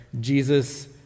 Jesus